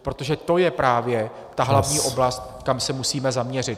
Protože to je právě ta hlavní oblast , kam se musíme zaměřit.